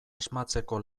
asmatzeko